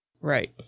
Right